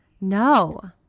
No